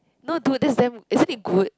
no dude that's damn isn't it good